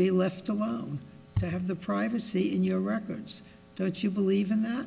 be left alone to have the privacy in your records don't you believe in that